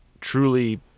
truly